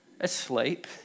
asleep